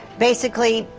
basically,